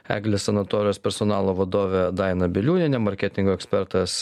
eglės sanatorijos personalo vadovė daina bieliūnienė marketingo ekspertas